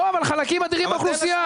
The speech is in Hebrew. אבל חלקים אדירים באוכלוסייה